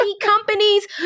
companies